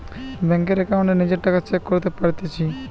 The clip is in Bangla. বেংকের একাউন্টে নিজের টাকা চেক করতে পারতেছি